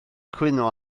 cwyno